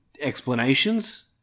explanations